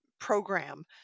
program